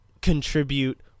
contribute